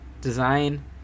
design